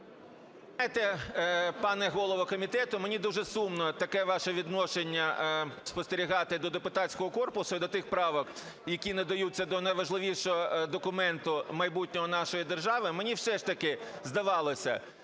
М.Л. Пане голово комітету, мені дуже сумно таке ваше відношення спостерігати до депутатського корпусу і до тих правок, які надаються до найважливішого документу майбутнього нашої держави. Мені все ж таки здавалося,